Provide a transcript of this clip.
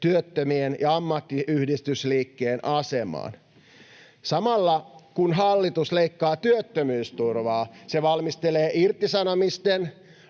työttömien ja ammattiyhdistysliikkeen asemaan. Samalla, kun hallitus leikkaa työttömyysturvaa, se valmistelee perusteettomien